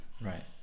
Right